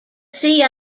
see